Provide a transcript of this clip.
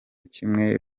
kimwe